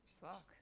Fuck